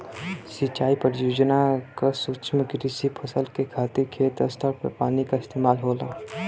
सिंचाई परियोजना क लक्ष्य कृषि फसल के खातिर खेत स्तर पर पानी क इस्तेमाल होला